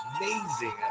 amazing